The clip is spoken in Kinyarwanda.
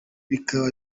bikaba